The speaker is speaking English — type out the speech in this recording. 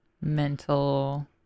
mental